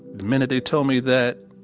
minute they told me that,